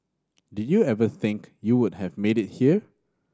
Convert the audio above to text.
did you ever think you would have made it here